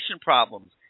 problems